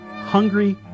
hungry